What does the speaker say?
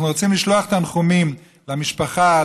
אנחנו רוצים לשלוח תנחומים למשפחה,